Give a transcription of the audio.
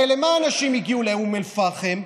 הרי למה אנשים הגיעו לאום אל-פחם?